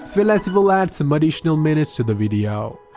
as well as it will add some additional minutes to the video.